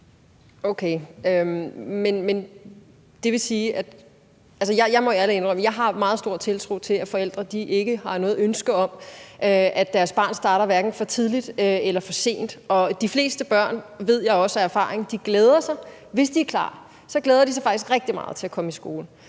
Thiesen (NB): Okay. Jeg må ærligt indrømme, at jeg har meget stor tiltro til, at forældre har noget ønske om, at deres barn starter hverken for tidligt eller for sent. De fleste børn, det ved jeg også af erfaring, glæder sig. Hvis de er klar, glæder de sig faktisk rigtig meget til at komme i skole.